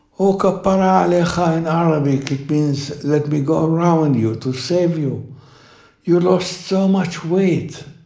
oh, kapara aleich, ah in arabic it means let me go around you, to save you you lost so much weight,